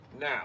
now